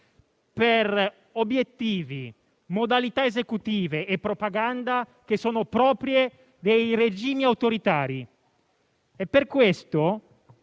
per obiettivi, modalità esecutive e propaganda che sono proprie dei regimi autoritari. Pertanto,